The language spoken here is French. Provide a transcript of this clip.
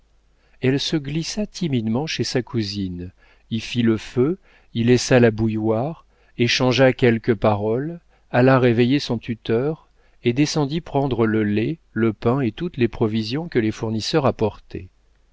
elle se glissa timidement chez sa cousine y fit le feu y laissa la bouilloire échangea quelques paroles alla réveiller son tuteur et descendit prendre le lait le pain et toutes les provisions que les fournisseurs